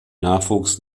nachwuchs